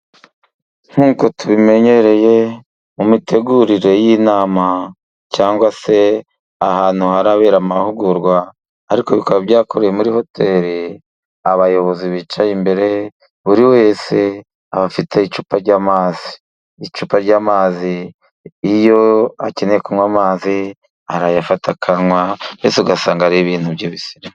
Nk'uko tubimenyereye mu mitegurire y'inama, cyangwa se ahantu harabera amahugurwa ariko bikaba byakorewe muri hoteli, abayobozi bicaye imbere buri wese aba afite icupa ry'amazi. Icupa ry'amazi iyo akeneye kunywa amazi arayafata akanywa, mbese ugasanga ari ibintu byiza.